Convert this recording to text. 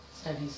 studies